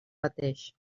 mateix